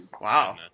Wow